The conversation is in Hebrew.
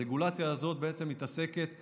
הרגולציה הזאת מתעסקת ב"איך"